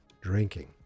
drinking